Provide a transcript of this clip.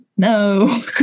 No